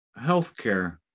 healthcare